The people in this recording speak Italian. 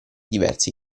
diversi